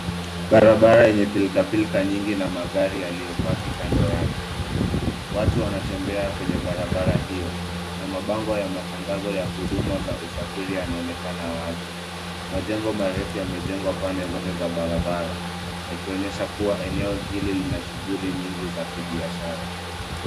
Barabara yenye pilkapilka nyingi na magari yaliyopaki kando yake. Watu wanatembea kwenye barabara hiyo na mabango ya matangazo ya huduma za usafiri yanaonekana wazi. Majengo marefu yamejengwa pande zote za barabara, yakionyesha kuwa eneo hili lina shughuli nyingi za kibiashara.